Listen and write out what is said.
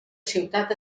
ciutat